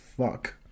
fuck